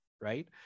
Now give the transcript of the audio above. right